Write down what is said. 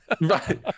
Right